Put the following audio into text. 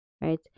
right